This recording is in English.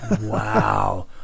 Wow